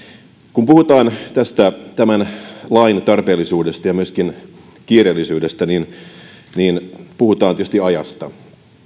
kun puhutaan tämän lain tarpeellisuudesta ja myöskin kiireellisyydestä niin niin puhutaan tietysti ajasta